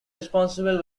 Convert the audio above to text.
responsible